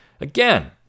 Again